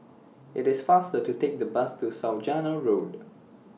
IT IS faster to Take The Bus to Saujana Road